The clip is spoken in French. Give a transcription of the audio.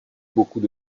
beaucoup